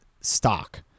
stock